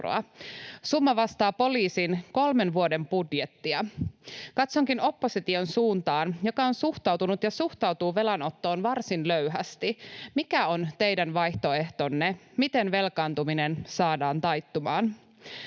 Summa vastaa poliisin kolmen vuoden budjettia. Katsonkin opposition suuntaan, joka on suhtautunut ja suhtautuu velanottoon varsin löyhästi. Mikä on teidän vaihtoehtonne, miten velkaantuminen saadaan taittumaan?